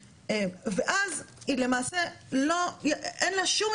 ואז היא למעשה אין לה שום